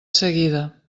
seguida